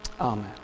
Amen